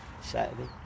Saturday